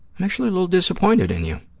i'm actually a little disappointed in you.